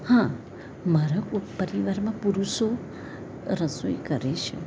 હા મારા પરિવારમાં પુરુષો રસોઈ કરે છે